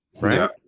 right